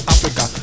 Africa